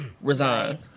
resigned